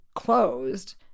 Closed